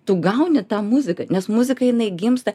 tu gauni tą muziką nes muzika jinai gimsta